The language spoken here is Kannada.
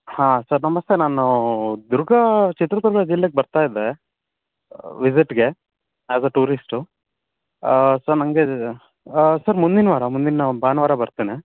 ಹಾಂ ಸರ್ ನಮಸ್ತೆ ನಾನು ದುರ್ಗ ಚಿತ್ರದುರ್ಗ ಜಿಲ್ಲೆಗೆ ಬರ್ತಾ ಇದ್ದೆ ವಿಸಿಟ್ಗೆ ಆ್ಯಸ್ ಅ ಟೂರಿಸ್ಟು ಸೊ ನನಗೆ ಸರ್ ಮುಂದಿನ ವಾರ ಮುಂದಿನ ಭಾನುವಾರ ಬರ್ತೇನೆ